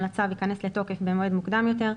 לצו ייכנס לתוקף במועד מוקדם יותר,